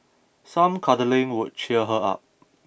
some cuddling would cheer her up